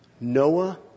Noah